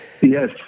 Yes